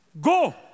Go